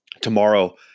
tomorrow